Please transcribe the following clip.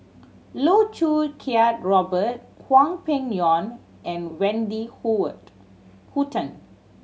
Loh Choo Kiat Robert Hwang Peng Yuan and Wendy Hutton